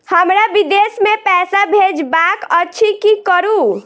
हमरा विदेश मे पैसा भेजबाक अछि की करू?